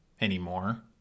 anymore